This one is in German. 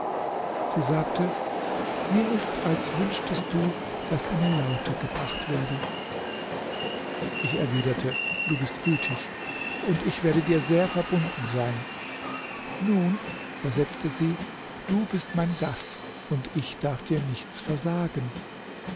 sie sagte mir ist als wünschtest du daß eine laute gebracht werde ich erwiderte du bist gütig und ich werde dir sehr verbunden sein nun versetzte sie du bist mein gast und ich darf dir nichts versagen